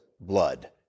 blood